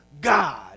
God